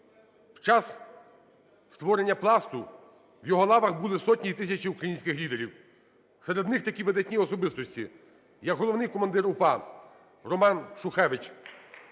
В час створення "Пласту" в його лавах були соті і тисячі українських лідерів. Серед них такі видатні особистості, як головний командир УПА Роман Шухевич,